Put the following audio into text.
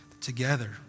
Together